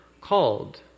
called